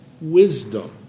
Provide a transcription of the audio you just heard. wisdom